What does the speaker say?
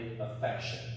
affection